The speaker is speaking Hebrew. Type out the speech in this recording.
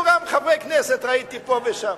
נוסעים, אפילו גם חברי כנסת ראיתי פה ושם.